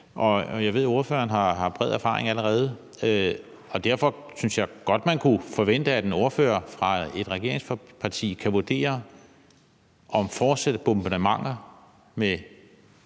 Jeg ved, at ordføreren har bred erfaring allerede, og derfor synes jeg godt, man kan forvente, at en ordfører fra et regeringsparti kan vurdere, om fortsatte bombardementer med